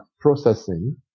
processing